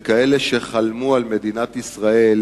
ושחלמו על מדינת ישראל